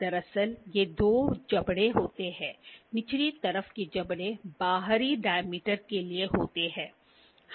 दरअसल ये दो जबड़े होते हैं निचली तरफ के जबड़े बाहरी डाय्मीटर के लिए होते हैं